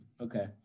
Okay